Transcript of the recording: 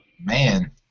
man